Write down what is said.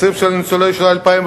התקציב של ניצולי השואה ל-2012,